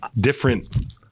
different